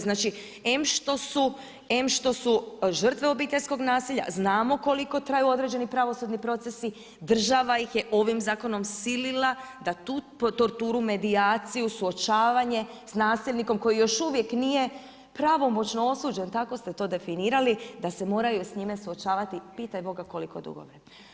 Znači, em što su žrtve obiteljskog nasilja, znamo koliko traju pravosudni procesi, država ih je ovih zakonom silila da tu torturu medijaciju suočavanje s nasilnikom koji još uvijek nije pravomoćno osuđen, tako ste to definirali, da se moraju s njime suočavati, pitaj Boga koliko dugo.